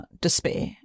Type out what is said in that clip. despair